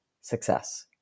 success